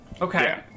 Okay